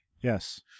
Yes